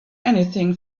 anything